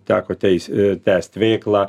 teko teis tęsti veiklą